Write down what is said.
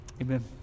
Amen